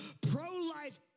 pro-life